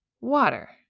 water